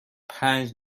پنج